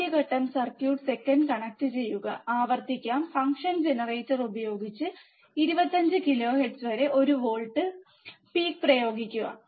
ആദ്യ ഘട്ടം circuit second കണക്റ്റുചെയ്യുന്നത് ആവർത്തിക്കാം ഫംഗ്ഷനു ജനറേറ്റർ ഉപയോഗിച്ച് 25 കിലോഹെർട്സ് വരെ ഒരു വോൾട്ട് പീക്ക് പ്രയോഗിക്കുക